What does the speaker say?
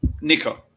Nico